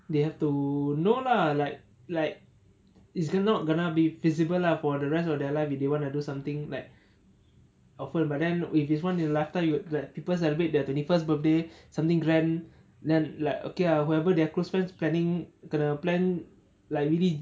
they have to know lah like like it's not gonna be feasible lah for the rest of their life if they wanna do something like often but then with his once in lifetime you let people celebrate their twenty first birthday something grand then like okay lah whoever their close friends planning gonna plan like really